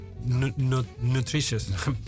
nutritious